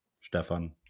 Stefan